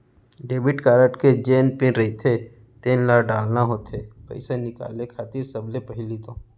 debit card के जेन PIN रहिथे तेन ल डालना होथे पइसा निकाले खातिर सबले पहिली तो